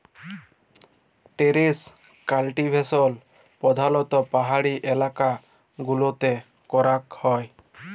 terrace cultivation প্রধালত্ব পাহাড়ি এলাকা গুলতে ক্যরাক হ্যয়